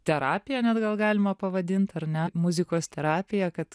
terapija net gal galima pavadint ar ne muzikos terapija kad